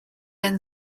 and